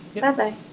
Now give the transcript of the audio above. Bye-bye